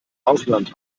ausland